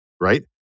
right